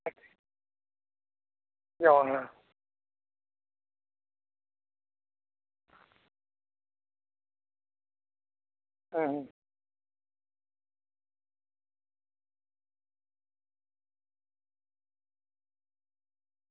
ᱡᱚᱢᱟᱭ ᱦᱮᱸ ᱦᱩᱸ ᱦᱩᱸ